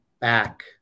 back